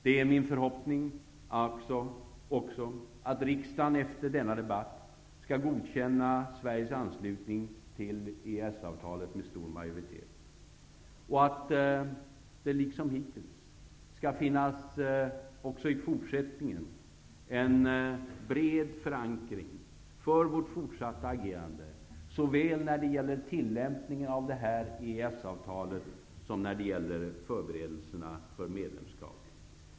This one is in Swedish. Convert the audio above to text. Det är alltså min förhoppning att också riksdagen efter denna debatt med stor majoritet godkänner Sveriges anslutning till EES-avtalet och att det, liksom hittills, även i fortsättningen finns en bred förankring för vårt fortsatta agerande såväl när det gäller tillämpningen av det här EES-avtalet som när det gäller förberedelserna för medlemskap.